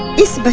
is but